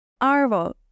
Arvo